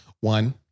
One